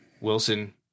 Wilson